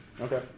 Okay